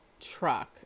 truck